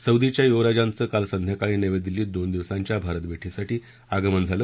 सौदीच्या युवराजांचं काल संध्याकाळी नवी दिल्लीत दोन दिवसांच्या भारत भेटीसाठी आगमन झालं